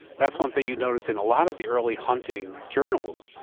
that's one thing you notice in a lot of the early hunting journals,